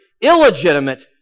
illegitimate